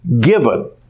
given